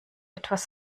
etwas